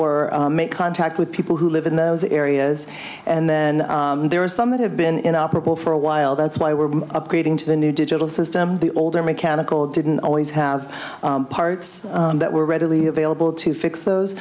or make contact with people who live in those areas and then there are some that have been in operable for a while that's why we're upgrading to the new digital system the older mechanical didn't always have parts that were readily available to fix those